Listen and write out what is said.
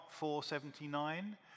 479